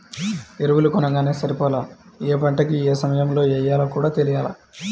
ఎరువులు కొనంగానే సరిపోలా, యే పంటకి యే సమయంలో యెయ్యాలో కూడా తెలియాల